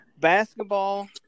basketball